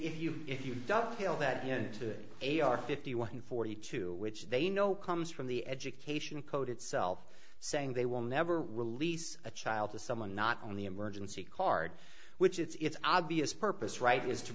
if you if you don't feel that you need to a are fifty one forty two which they know comes from the education code itself saying they will never release a child to someone not on the emergency card which its obvious purpose right is to